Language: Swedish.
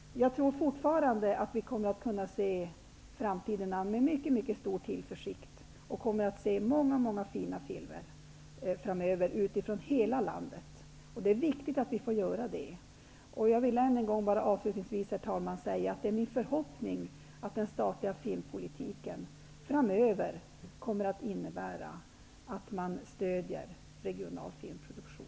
Jag tror fortfarande att vi kommer att kunna se framtiden an med mycket stor tillförsikt. Vi kommer att få se många fina filmer framöver från hela landet. Det är viktigt att vi får göra det. Herr talman! Jag vill avslutningsvis säga att det är min förhoppning att den statliga filmpolitiken framöver kommer att innebära att man stödjer regional filmproduktion.